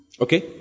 Okay